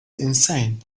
insane